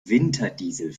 winterdiesel